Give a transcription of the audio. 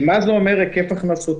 כי מה זה אומר היקף הכנסותיו?